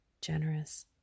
generous